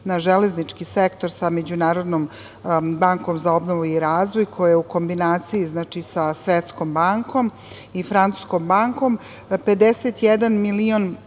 na železnički sektor sa Međunarodnom bankom za obnovu i razvoj, koja je u kombinaciji sa Svetskom bankom i Francuskom bankom, 51 milion